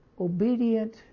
obedient